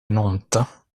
nantes